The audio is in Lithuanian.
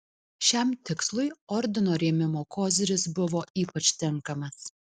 šiam tikslui ordino rėmimo koziris buvo ypač tinkamas